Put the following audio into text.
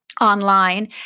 online